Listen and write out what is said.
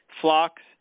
Flocks